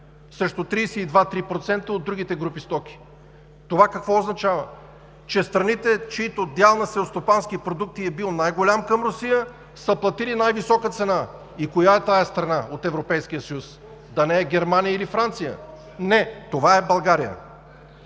срещу 32 – 33% от другите групи стоки. Това какво означава? Че страните, чийто дял на селскостопански продукти е бил най-голям към Русия, са платили най-висока цена! И коя е тази страна от Европейския съюз? Да не е Германия или Франция?! ХРИСТО ГАДЖЕВ